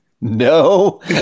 No